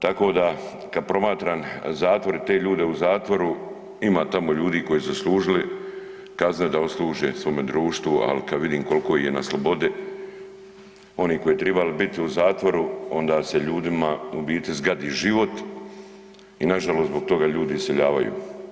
Tako da, kad promatram zatvore i te ljude u zatvoru, ima tamo ljudi koji osu zaslužili kazne, da odsluže svome društvu, ali kad vidim koliko ih je na slobodi, oni koji bi trebali biti u zatvoru, onda se ljudima u bit zgradi život i nažalost zbog toga ljudi iseljavaju.